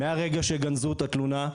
גנזו את התלונה,